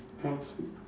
ya so